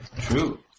true